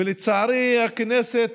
ולצערי הכנסת